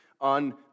on